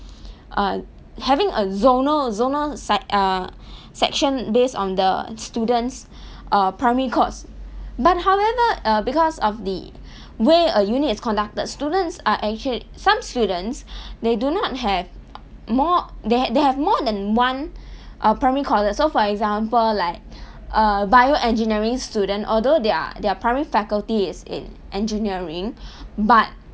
uh having a zonal zonal side uh section based on the student's uh primary course but however err because of the way a uni is conducted students are actually some students they do not have more they have they have more than one uh primary courses so for example like err bioengineering student although their their private faculty is in engineering but